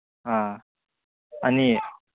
ꯑ ꯑꯅꯤ